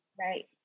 Right